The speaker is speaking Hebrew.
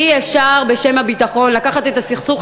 אי-אפשר בשם הביטחון לקחת את הסכסוך